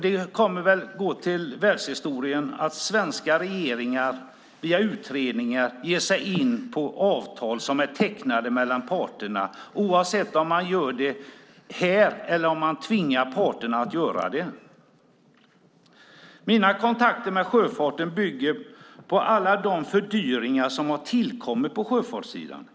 Det kommer väl att gå till världshistorien att svenska regeringar genom utredningar ger sig in på avtal som är tecknade mellan parterna, oavsett om man gör det här i riksdagen eller om man tvingar parterna att göra det. Mina kontakter med sjöfarten framhåller alla de fördyringar som har tillkommit på sjöfartssidan.